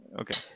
Okay